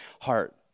heart